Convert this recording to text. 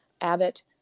Abbott